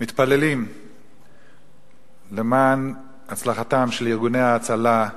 מתפללים למען הצלחתם של ארגוני ההצלה,